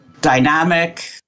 dynamic